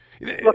Look